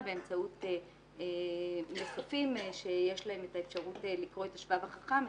באמצעות מסופים שיש להם את האפשרות לקרוא את השבב החכם,